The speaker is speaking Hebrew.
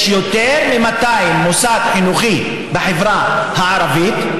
יש יותר מ-200 מוסדות חינוך בחברה הערבית,